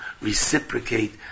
reciprocate